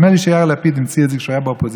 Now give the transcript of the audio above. נדמה לי שיאיר לפיד המציא את זה כשהוא היה באופוזיציה.